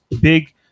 big